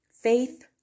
faith